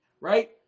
right